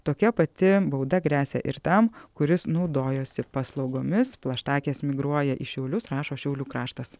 tokia pati bauda gresia ir tam kuris naudojosi paslaugomis plaštakės migruoja į šiaulius rašo šiaulių kraštas